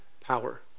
power